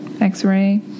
x-ray